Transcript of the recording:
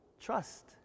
Trust